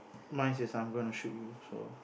mine says I'm gonna shoot you so